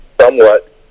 somewhat